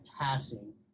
passing